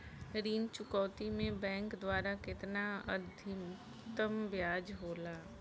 ऋण चुकौती में बैंक द्वारा केतना अधीक्तम ब्याज होला?